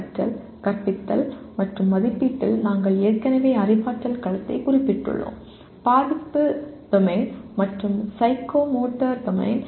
கற்றல் கற்பித்தல் மற்றும் மதிப்பீட்டில் நாங்கள் ஏற்கனவே அறிவாற்றல் களத்தைக் குறிப்பிட்டுள்ளோம் பாதிப்பு டொமைன் மற்றும் சைக்கோமோட்டர் டொமைன்